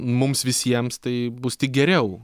mums visiems tai bus tik geriau